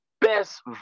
best